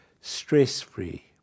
stress-free